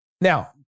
Now